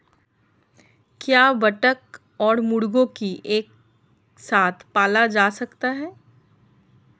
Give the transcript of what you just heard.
क्या बत्तख और मुर्गी को एक साथ पाला जा सकता है?